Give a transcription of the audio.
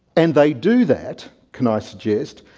and they do that, can i suggest,